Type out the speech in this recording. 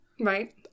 Right